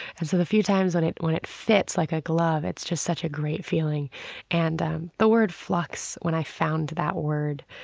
and so the few times when it when it fits like a glove, it's just such a great feeling and the word flux, when i found that word,